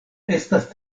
estas